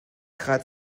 grad